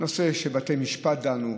נושא שבתי משפט דנו בו,